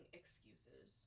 excuses